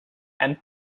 and